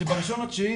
שב-1.9,